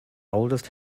oldest